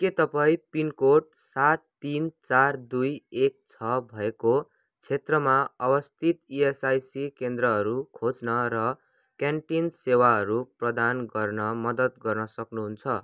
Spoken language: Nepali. के तपाईँँ पिनकोड सात तिन चार दुई एक छ भएको क्षेत्रमा अवस्थित इएसआइसी केन्द्रहरू खोज्न र क्यान्टिन सेवाहरू प्रदान गर्न मद्दत गर्न सक्नुहुन्छ